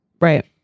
Right